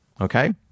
Okay